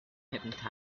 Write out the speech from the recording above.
hypnotized